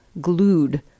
glued